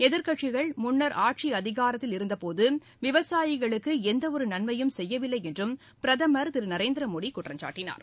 எதிர்க்கட்சிகள் முன்னர் ஆட்சி அதிகாரத்தில் இருந்த போது விவசாயிகளுக்கு எந்தவொரு நன்மையும் செய்யவில்லை என்று பிரதமர் திரு நரேந்திர மோடி குற்றம்சாட்டினார்